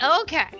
okay